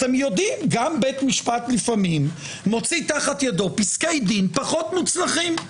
גם בית משפט לפעמים מוציא תחת ידו פסקי דין פחות מוצלחים.